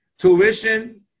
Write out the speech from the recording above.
Tuition